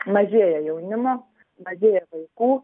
mažėja jaunimo mažėja vaikų